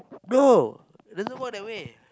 no doesn't work that way